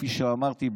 כפי שאמרתי,